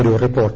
ഒരു റിപ്പോർട്ട്